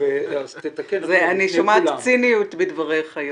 אני שומעת נימת ציניות בדבריך.